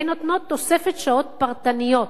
הן נותנות תוספת שעות פרטניות,